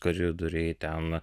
koridoriai ten